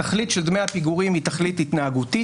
התכלית של דמי הפיגורים היא תכלית התנהגותית,